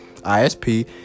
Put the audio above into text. ISP